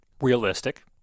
realistic